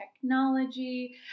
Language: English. technology